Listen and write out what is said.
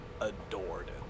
adored